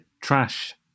Trash